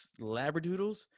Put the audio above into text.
Labradoodles